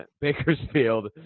Bakersfield